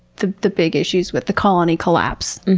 the the big issues with the colony collapse.